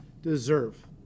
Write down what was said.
deserve